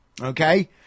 Okay